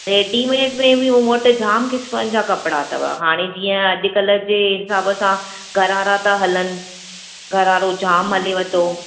readymade में बि मूं वटि जाम क़िस्मनि जा कपिड़ा अथव हाणे जीअं अॼु कल्ह जे हिसाब सां गरारा था हलनि गरारो जाम हलेव थो